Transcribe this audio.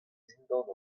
dindan